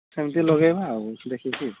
ସେମିତି ଲଗାଇବା ଆଉ ଦେଖିକି